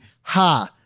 ha